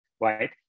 Right